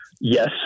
yes